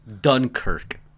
Dunkirk